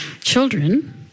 children